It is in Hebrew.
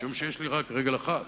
משום שיש לי רק רגל אחת.